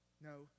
no